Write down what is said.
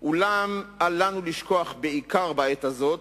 אולם אל לנו לשכוח, בעיקר בעת הזאת,